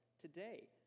today